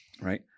right